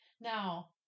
Now